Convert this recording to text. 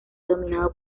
dominado